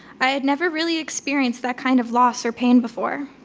i had never really experienced that kind of loss or pain before.